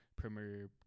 Premier